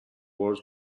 wars